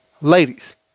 Ladies